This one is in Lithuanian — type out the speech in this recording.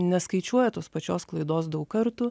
neskaičiuoja tos pačios klaidos daug kartų